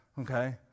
Okay